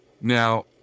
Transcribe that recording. Now